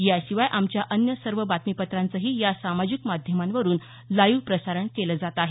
याशिवाय आमच्या अन्य सर्व बातमीपत्रांचंही या सामजिक माध्यमांवरून लाईव्ह प्रसारण केलं जात आहे